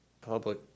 public